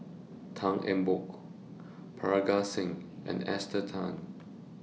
Tan Eng Bock Parga Singh and Esther Tan